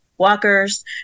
walkers